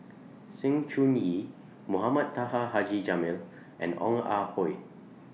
Sng Choon Yee Mohamed Taha Haji Jamil and Ong Ah Hoi